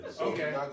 Okay